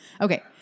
okay